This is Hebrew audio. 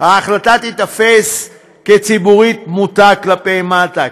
ההחלטה תיתפס ציבורית כמוטה כלפי מטה,